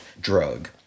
drug